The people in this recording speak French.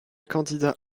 candidat